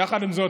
יחד עם זאת,